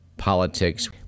politics